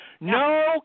No